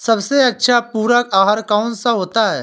सबसे अच्छा पूरक आहार कौन सा होता है?